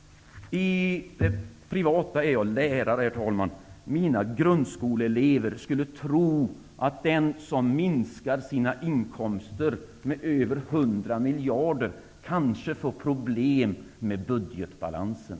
I det privata är jag lärare, herr talman. Mina grundskoleelever skulle tro att den som minskar sina inkomster med över 100 miljarder kanske får problem med budgetbalansen.